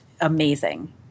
amazing